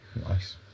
Nice